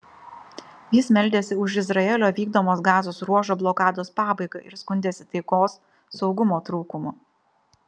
jis meldėsi už izraelio vykdomos gazos ruožo blokados pabaigą ir skundėsi taikos saugumo trūkumu